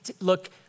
look